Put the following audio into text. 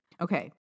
Okay